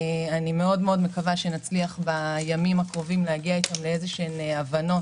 אני מאוד מקווה שנצליח בימים הקרובים להגיע איתם להבנות